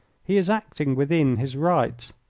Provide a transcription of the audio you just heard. he is acting within his rights.